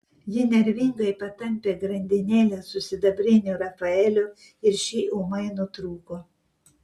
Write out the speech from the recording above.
ji nervingai patampė grandinėlę su sidabriniu rafaeliu ir ši ūmai nutrūko